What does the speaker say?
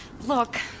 Look